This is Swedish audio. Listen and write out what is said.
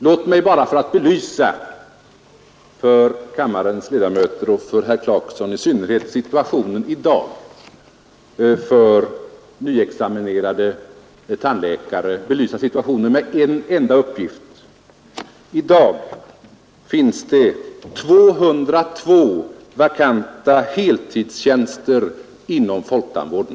Låt mig slutligen för kammarens ledamöter och speciellt för herr Clarkson med en enda uppgift belysa situationen för dagen för nyutexaminerade tandläkare. I dag finns det 202 vakanta heltidstjänster inom folktandvården.